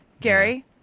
Gary